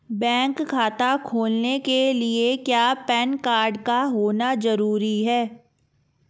Bank खाता खोलने के लिए क्या पैन कार्ड का होना ज़रूरी है?